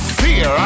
fear